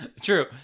True